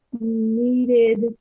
needed